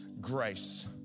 grace